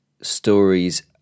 stories